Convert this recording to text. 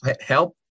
help